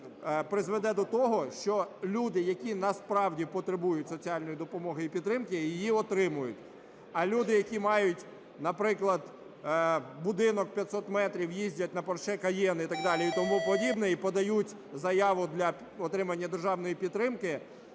призведе до того, що люди, які насправді потребують соціальної допомоги і підтримки, її отримують, а люди, які мають, наприклад, будинок 500 метрів, їздять на Porsche Cayenne і так далі, і тому подібне, і подають заяву для отримання державної підтримки,